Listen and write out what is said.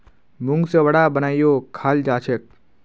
मूंग से वड़ा बनएयों खाल जाछेक